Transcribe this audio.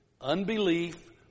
Unbelief